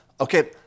Okay